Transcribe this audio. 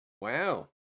Wow